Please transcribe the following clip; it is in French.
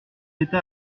état